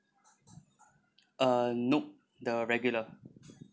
uh nope the regular